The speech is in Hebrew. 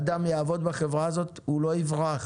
אדם שיעבוד בחברה הזו הוא לא יברח,